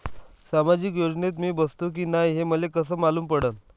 सामाजिक योजनेत मी बसतो की नाय हे मले कस मालूम पडन?